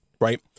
right